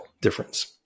difference